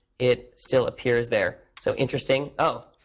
it still appears there, so interesting. oh,